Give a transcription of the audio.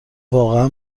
واقعا